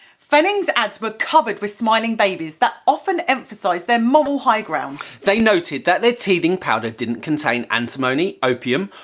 fennings' ads were covered with smiling babies, that often emphasised their moral high ground. they noted that their teething powder didn't contain antimony, opium,